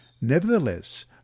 Nevertheless